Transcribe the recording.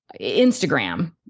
Instagram